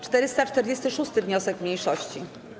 446. wniosek mniejszości.